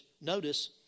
notice